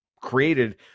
created